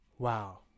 wow